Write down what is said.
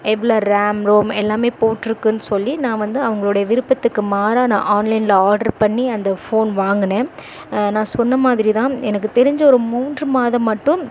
எவ்வளவு RAM ROM எல்லாமே போட்டிருக்குனு சொல்லி நான் வந்து அவங்களுடைய விருப்பத்திற்கு மாறாக நான் ஆன்லைனில் ஆர்டர் பண்ணி அந்த ஃபோன் வாங்கினேன் நான் சொன்னமாதிரி தான் எனக்குத் தெரிஞ்சு ஒரு மூன்று மாதம் மட்டும்